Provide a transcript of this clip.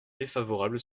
défavorable